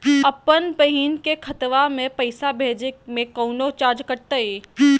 अपन बहिन के खतवा में पैसा भेजे में कौनो चार्जो कटतई?